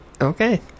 okay